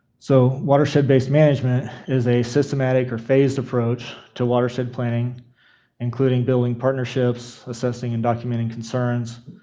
so, watershed based management is a systematic or phased approach to watershed planning including building partnerships, assessing and documenting concerns,